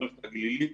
המערכת הגלילית,